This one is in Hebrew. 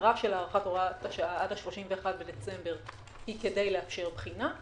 המטרה של הארכת הוראת השעה עד ה-31 בדצמבר היא כדי לאפשר בחינה.